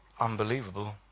unbelievable